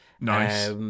Nice